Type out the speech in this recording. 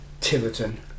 Tiverton